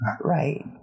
right